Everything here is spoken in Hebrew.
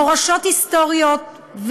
מורשות היסטוריות,